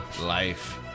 life